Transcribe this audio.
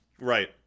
Right